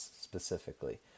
specifically